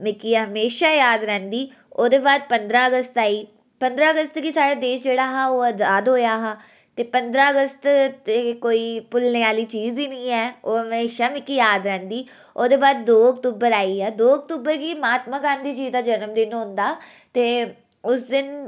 मिगी हमेशा याद रौंह्दी ओह्दे बाद पंदरां अगस्त आई पंदरां अगस्त गी साढ़ा देश जेह्ड़ा ओह् आजाद होआ हा ते पंदरां अगस्त ते कोई भुल्लने आह्ली चीज़ ई निं ऐ होर हमेशा मिगी याद रौंह्दी ओह्दे बाद दो अक्टूबर आई गेआ दो अक्टूबर गी महात्मा गांधी जी हुंदा जन्मदिन होंदा ते उस दिन